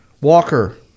Walker